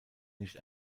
nicht